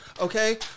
Okay